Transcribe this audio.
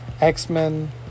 x-men